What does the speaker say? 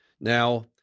Now